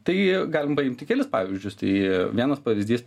tai galim paimti kelis pavyzdžius tai vienas pavyzdys